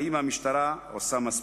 האם המשטרה עושה מספיק.